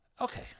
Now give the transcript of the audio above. Okay